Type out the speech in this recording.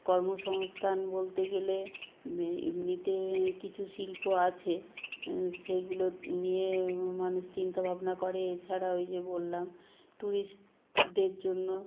কর্মসংস্থান বলতে গেলে এমনিতে কিছু শিল্প আছে সেগুলো নিয়ে মানুষ চিন্তা ভাবনা করে এছাড়া ওই যে বললাম টুরিস্টদের জন্য